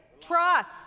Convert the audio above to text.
trust